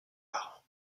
parents